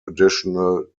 additional